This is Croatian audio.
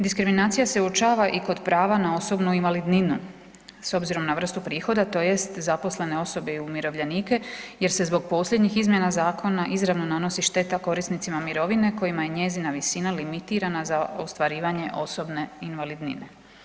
Diskriminacija se uočava i kod prava na osobnu invalidninu s obzirom na vrstu prihoda tj. zaposlene osobe i umirovljenike jer se zbog posljednjih izmjena zakona izravno nanosi šteta korisnicima mirovine kojima je njezina visina limitirana za ostvarivanje osobne invalidnine.